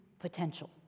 potential